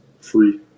free